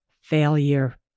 failure